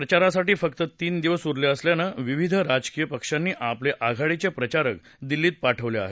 प्रचारासाठी फक्त तीन दिवस उरले असल्यानं विविध राजकीय पक्षांनी आपले आघाडीचे प्रचारक दिल्लीत पाठवले आहेत